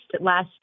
last